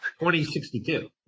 2062